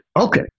okay